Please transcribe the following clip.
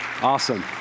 Awesome